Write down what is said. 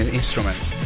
instruments